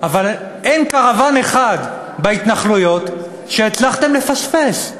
אבל אין קרוון אחד בהתנחלויות שהצלחתם לפספס.